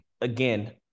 again